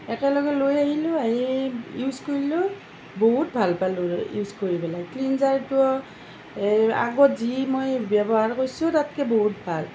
একেলগে লৈ আহিলোঁ আহি ইউচ কৰিলোঁ বহুত ভাল পালোঁ ইউচ কৰি পেলাই ক্লীনজাৰটোও এই আগত যি মই ব্য়ৱহাৰ কৰিছোঁ তাতকৈ বহুত ভাল